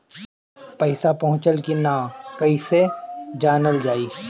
पैसा पहुचल की न कैसे जानल जाइ?